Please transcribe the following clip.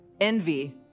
envy